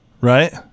right